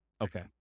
Okay